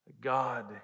God